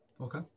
Okay